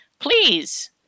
Please